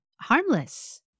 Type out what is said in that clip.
harmless